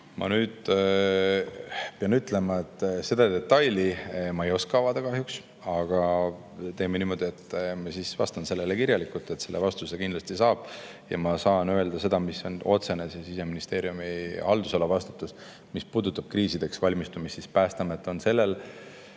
Ma nüüd pean ütlema, et seda detaili ma ei oska kahjuks avada, aga teeme niimoodi, et ma siis vastan sellele kirjalikult. Selle vastuse kindlasti saab. Ma saan öelda seda, mille eest otseselt Siseministeeriumi haldusala vastutab. Mis puudutab kriisideks valmistumist, siis Päästeamet on käesoleval